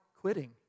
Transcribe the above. quitting